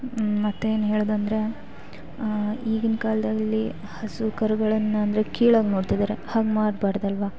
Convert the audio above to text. ಮತ್ತೇನು ಹೇಳೋದಂದ್ರೆ ಈಗಿನ ಕಾಲದಲ್ಲಿ ಹಸು ಕರುಗಳನ್ನು ಅಂದರೆ ಕೀಳಾಗಿ ನೋಡ್ತಿದ್ದಾರೆ ಹಾಗೆ ಮಾಡ್ಬಾರ್ದಲ್ವಾ